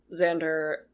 Xander